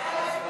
להצבעה.